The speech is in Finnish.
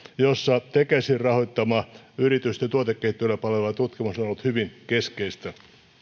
jossa tekesin rahoittama yritysten tuotekehittelyä palveleva tutkimus on ollut hyvin keskeistä